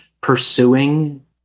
pursuing